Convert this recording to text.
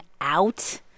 out